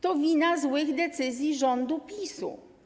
To wina złych decyzji rządu PiS.